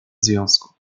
związku